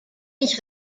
mich